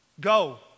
Go